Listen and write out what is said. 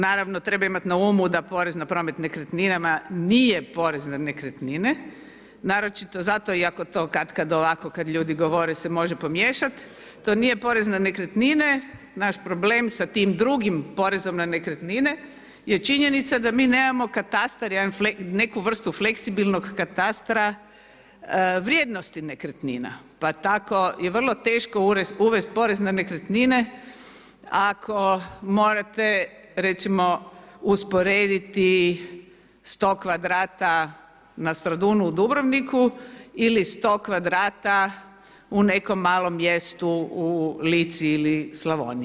Naravno treba imat na umu da porez na promet nekretninama nije porez na nekretnine naročito zato iako to katkad ovako kad ljudi govore se može pomiješat, to nije porez na nekretnine, naš problem sa tim drugim porezom na nekretnine je činjenica da mi nemamo katastar neku vrstu fleksibilnog katastra vrijednosti nekretnina, pa tako je vrlo teško uvesti porez na nekretnine ako morate recimo usporediti sto kvadrata na Stradunu u Dubrovniku ili sto kvadrata u nekom malom mjestu u Lici ili Slavoniji.